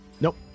Nope